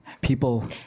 People